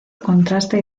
contrasta